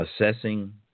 assessing